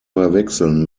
verwechseln